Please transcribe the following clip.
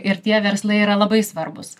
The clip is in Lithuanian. ir tie verslai yra labai svarbūs